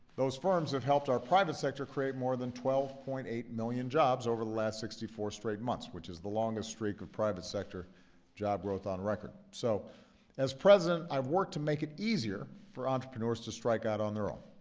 those firms have helped our private sector create more than twelve point eight million jobs over the last sixty four straight months, which is the longest streak of private sector job growth on record. so as president, i've worked to make it easier for entrepreneurs to strike out on their own.